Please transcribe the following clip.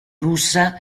russa